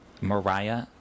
Mariah